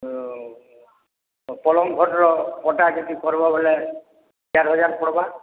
ପଲଂକ୍ ଖଟ୍ର ପଟା ଯଦି କର୍ବ ହେଲେ ଚାଏର୍ ହଜାର୍ ପଡ଼ବା